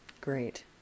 great